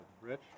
Rich